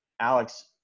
Alex